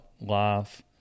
life